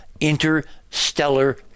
interstellar